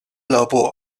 俱乐部